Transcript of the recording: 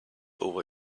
over